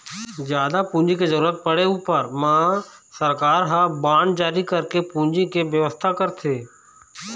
जादा पूंजी के जरुरत पड़े ऊपर म सरकार ह बांड जारी करके पूंजी के बेवस्था करथे